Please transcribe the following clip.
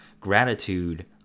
gratitude